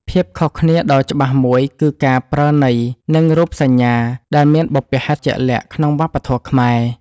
ភាពខុសគ្នាដ៏ច្បាស់មួយគឺការប្រើន័យ និងរូបសញ្ញា ដែលមានបុព្វហេតុជាក់លាក់ក្នុងវប្បធម៌ខ្មែរ។